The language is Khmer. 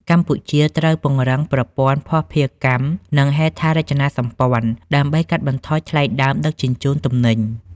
កម្ពុជាត្រូវពង្រឹងប្រព័ន្ធភស្តុភារកម្ម និងហេដ្ឋារចនាសម្ព័ន្ធ ដើម្បីកាត់បន្ថយថ្លៃដើមដឹកជញ្ជូនទំនិញ។